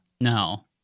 no